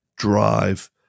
Drive